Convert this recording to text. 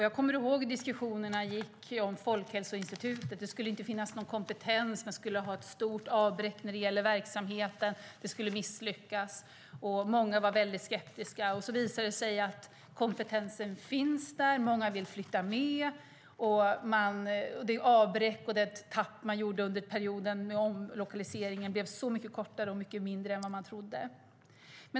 Jag kommer ihåg hur diskussionerna gick om Folkhälsoinstitutet: Det skulle inte finnas någon kompetens, det skulle bli ett stort avbräck när det gäller verksamheten och det skulle misslyckas. Många var väldigt skeptiska. Sedan visade det sig att kompetensen fanns där, att många ville flytta med och att det avbräck och tapp man gjorde under perioden för omlokaliseringen blev så mycket kortare och mindre än vad man trodde.